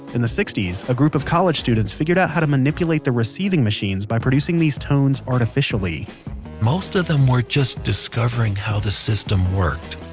in the sixty a group of college students figured out how to manipulate the receiving machines by producing these tones artificially most of them were just discovering how the system worked.